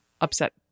upset